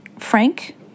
Frank